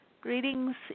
Greetings